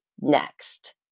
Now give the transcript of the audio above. next